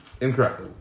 Incorrect